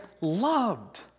loved